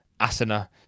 asana